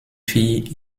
filles